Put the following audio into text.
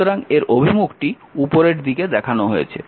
সুতরাং এর অভিমুখটি উপরের দিকে দেখানো হয়েছে